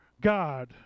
God